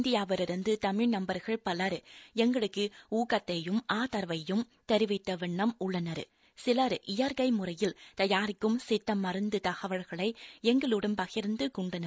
இந்தியாவிலிருந்து தமிழ் நபர்கள் பலர் எங்களுக்கு ஊக்கத்தையும் ஆதரவையும் தெரிவித்த வண்ணம் உள்ளனர் சிவர் இயற்கை முறையில் தயாரிக்கும் சித்த மருந்து தகவல்களை ளங்குளடன் பகிர்ந்து கொண்டனர்